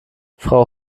frau